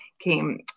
came